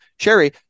Sherry